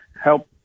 help